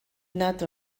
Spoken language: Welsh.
nad